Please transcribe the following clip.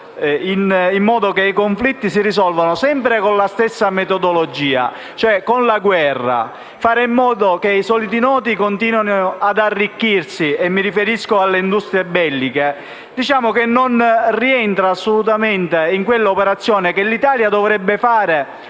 in modo che i conflitti si risolvano sempre con la stessa metodologia, la guerra, assicurando così ai soliti noti di continuare ad arricchirsi (mi riferisco alle industrie belliche), non rientra assolutamente in quell'operazione che l'Italia dovrebbe